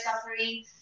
suffering